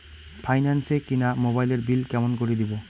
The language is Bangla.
ফাইন্যান্স এ কিনা মোবাইলের বিল কেমন করে দিবো?